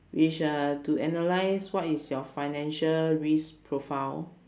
which uh to analyse what is your financial risk profile